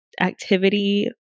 activity